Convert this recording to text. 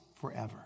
forever